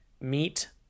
meet